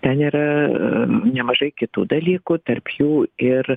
ten yra a nemažai kitų dalykų tarp jų ir